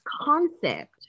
concept